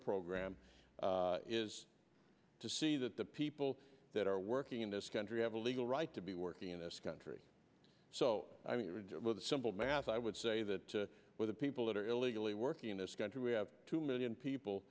program is to see that the people that are working in this country have a legal right to be working in this country so i mean the simple math i would say that the people that are illegally working in this country we have two million people